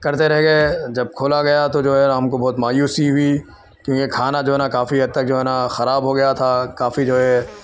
کرتے رہ گئے جب کھولا گیا تو جو ہے ہم کو بہت مایوسی ہوئی کیونکہ کھانا جو ہے نا کافی حد تک جو ہے نا خراب ہو گیا تھا کافی جو ہے